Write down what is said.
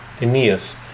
Aeneas